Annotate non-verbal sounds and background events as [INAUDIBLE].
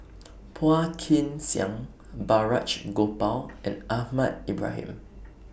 [NOISE] Phua Kin Siang Balraj Gopal and Ahmad Ibrahim [NOISE]